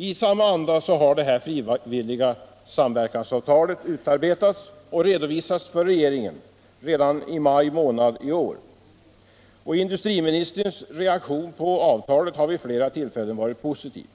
I samma anda har det frivilliga samverkansavtalet utarbetats och redovisats för regeringen redan i maj 1975. Industriministerns reaktion på avtalet har vid flera tillfällen varit positiv.